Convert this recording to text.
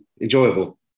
enjoyable